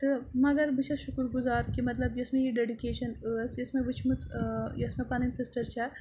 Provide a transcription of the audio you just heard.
تہٕ مگر بہٕ چھَس شُکُر گُزار کہِ مطلب یۄس مےٚ یہِ ڈیٚڈِکیشَن ٲس یہِ ٲس مےٚ وٕچھمٕژ یۄس مےٚ پَنٕنۍ سِسٹَر چھےٚ